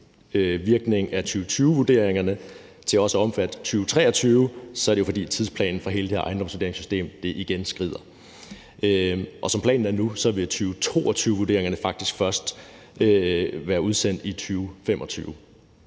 virkningen af 2020-vurderingerne til også at omfatte 2023, er det, fordi tidsplanen for hele det her ejendomsvurderingssystem igen skrider. Som planen er nu, vil 2022-vurderingerne faktisk først være udsendt i 2025.